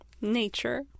nature